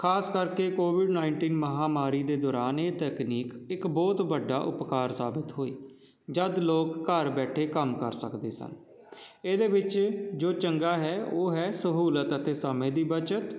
ਖ਼ਾਸ ਕਰਕੇ COVID nineteen ਮਹਾਂਮਾਰੀ ਦੇ ਦੌਰਾਨ ਇਹ ਤਕਨੀਕ ਇੱਕ ਬਹੁਤ ਵੱਡਾ ਉਪਕਾਰ ਸਾਬਤ ਹੋਈ ਜਦੋਂ ਲੋਕ ਘਰ ਬੈਠੇ ਕੰਮ ਕਰ ਸਕਦੇ ਸਨ ਇਹਦੇ ਵਿੱਚ ਜੋ ਚੰਗਾ ਹੈ ਉਹ ਹੈ ਸਹੂਲਤ ਅਤੇ ਸਮੇਂ ਦੀ ਬਚਤ